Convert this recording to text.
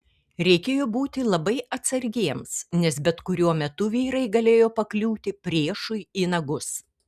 reikėjo būti labai atsargiems nes bet kuriuo metu vyrai galėjo pakliūti priešui į nagus